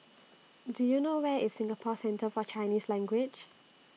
Do YOU know Where IS Singapore Centre For Chinese Language